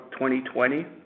2020